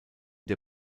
der